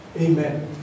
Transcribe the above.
Amen